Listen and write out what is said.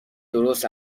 درست